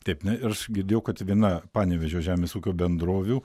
taip na ir aš girdėjau kad viena panevėžio žemės ūkio bendrovių